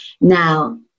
Now